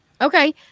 okay